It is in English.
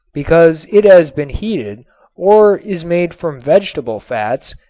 because it has been heated or is made from vegetable fats,